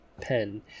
pen